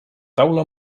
taula